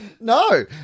No